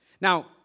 Now